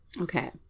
okay